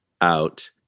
out